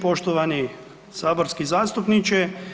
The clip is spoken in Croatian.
Poštovani saborski zastupniče.